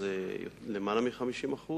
יותר מ-50%.